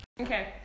Okay